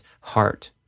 heart